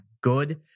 good